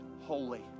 holy